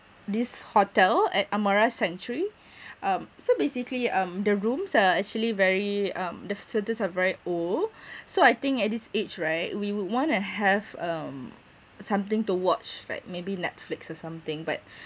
this hotel at amara sanctuary um so basically um the rooms are actually very um the facilities are very old so I think at this age right we would want to have um something to watch like maybe netflix or something but